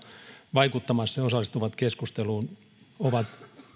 vaikuttamassa ja osallistuvat keskusteluun ovat